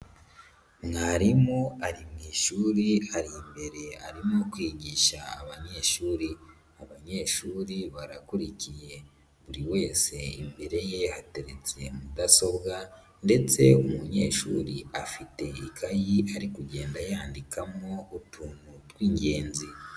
Mwarimu ari mu ishuri ari imbere arimo kwigisha abanyeshuri, abanyeshuri barakurikiye buri wese imbere ye hateretse mudasobwa ndetse umunyeshuri afite ikayi ari kugenda yandikamo utuntu tw'ingenzi.